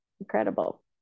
Incredible